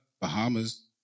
Bahamas